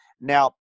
Now